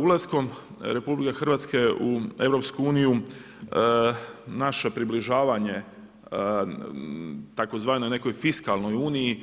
Ulaskom RH u EU naše približavanje tzv. nekoj fiskalnoj uniji